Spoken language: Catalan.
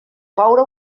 coure